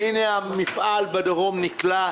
והנה המפעל בדרום נקלע